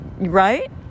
Right